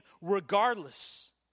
regardless